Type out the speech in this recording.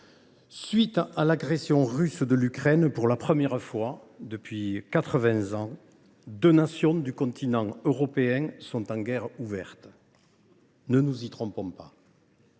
suite de l’agression russe de l’Ukraine, pour la première fois depuis quatre vingts ans, deux nations du continent européen sont en guerre ouverte. Ne nous y trompons pas,